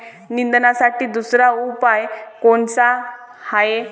निंदनासाठी दुसरा उपाव कोनचा हाये?